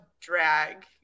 drag